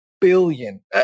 billion